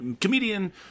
comedian